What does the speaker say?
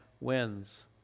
wins